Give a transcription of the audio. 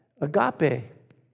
agape